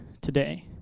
today